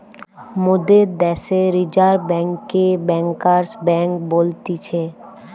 মোদের দ্যাশে রিজার্ভ বেঙ্ককে ব্যাঙ্কার্স বেঙ্ক বলতিছে